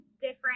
different